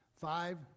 Five